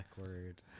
awkward